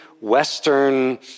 Western